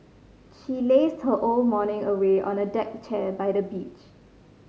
she lazed her all morning away on a deck chair by the beach